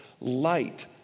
Light